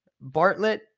Bartlett